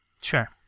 Sure